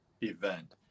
event